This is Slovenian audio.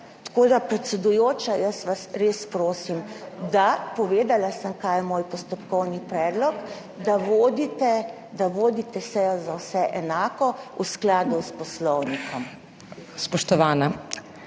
Tako da, predsedujoča, jaz vas res prosim, povedala sem, kaj je moj postopkovni predlog, da vodite sejo za vse enako, v skladu s Poslovnikom.